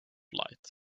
light